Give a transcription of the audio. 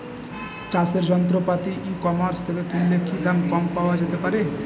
চাষের যন্ত্রপাতি e commerce থেকে কিনলে কি দাম কম পাওয়া যেতে পারে?